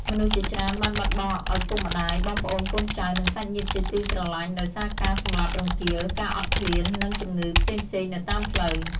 មនុស្សជាច្រើនបានបាត់បង់ឪពុកម្ដាយ បងប្អូន កូនចៅ និងសាច់ញាតិជាទីស្រឡាញ់ដោយសារការសម្លាប់រង្គាល ការអត់ឃ្លាន និងជំងឺផ្សេងៗនៅតាមផ្លូវ។